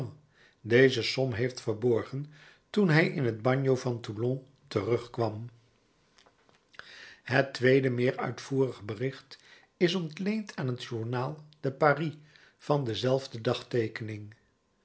deze som heeft verborgen toen hij in het bagno van toulon terugkwam het tweede meer uitvoerig bericht is ontleend aan het journal de paris van dezelfde